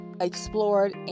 explored